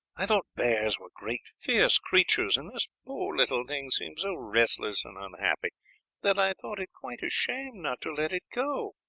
i thought bears were great fierce creatures, and this poor little thing seemed so restless and unhappy that i thought it quite a shame not to let it go.